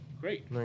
great